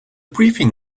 briefing